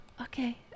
okay